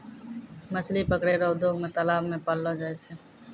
मछली पकड़ै रो उद्योग मे तालाब मे पाललो जाय छै